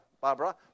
Barbara